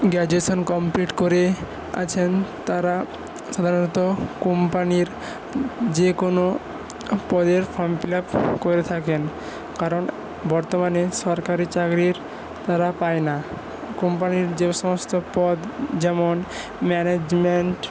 graduation complete করে আছেন তারা সাধারণত কোম্পানির যে কোনও পদের ফর্ম ফিল আপ করে থাকেন কারণ বর্তমানে সরকারী চাকরি তারা পায় না কোম্পানির যে সমস্ত পদ যেমন ম্যানেজমেন্ট